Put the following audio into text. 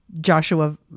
Joshua